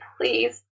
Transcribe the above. please